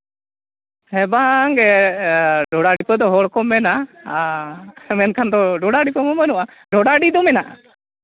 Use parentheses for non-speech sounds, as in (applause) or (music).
ᱦᱮᱸ ᱵᱟᱝᱜᱮ (unintelligible) ᱦᱚᱲᱠᱚ ᱢᱮᱱᱟ ᱟᱨ ᱢᱮᱱᱠᱷᱟᱱ ᱰᱷᱚᱲᱟ ᱰᱷᱤᱯᱟᱹ ᱠᱚ ᱵᱟᱹᱱᱩᱜᱼᱟ ᱰᱚᱰᱟᱰᱤ ᱫᱚ ᱢᱮᱱᱟᱜᱼᱟ